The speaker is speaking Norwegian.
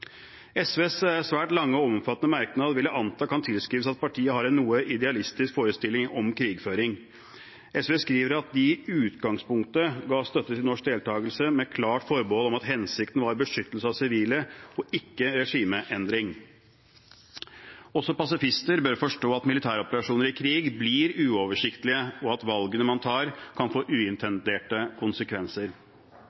SVs svært lange og omfattende merknad vil jeg anta kan tilskrives at partiet har en noe idealistisk forestilling om krigføring. SV skriver at de i utgangspunktet ga støtte til norsk deltakelse, med klart forbehold om at hensikten var beskyttelse av sivile og ikke regimeendring. Også pasifister bør forstå at militæroperasjoner i krig blir uoversiktlige, og at valgene man tar, kan få